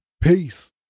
peace